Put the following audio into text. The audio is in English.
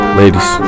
ladies